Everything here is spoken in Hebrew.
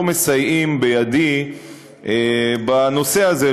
לא מסייעים בידי בנושא הזה,